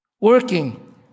working